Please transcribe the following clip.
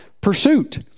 pursuit